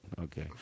Okay